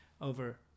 over